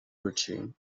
virtue